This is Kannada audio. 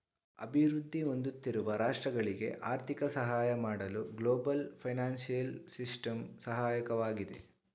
ಅಭಿವೃದ್ಧಿ ಹೊಂದುತ್ತಿರುವ ರಾಷ್ಟ್ರಗಳಿಗೆ ಆರ್ಥಿಕ ಸಹಾಯ ಮಾಡಲು ಗ್ಲೋಬಲ್ ಫೈನಾನ್ಸಿಯಲ್ ಸಿಸ್ಟಮ್ ಸಹಾಯಕವಾಗಿದೆ